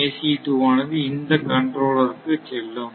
ACE 2 ஆனது இந்த controller க்கு செல்லும்